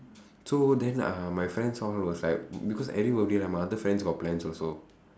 so then uh my friends all was like because every birthday like my other friends got plans also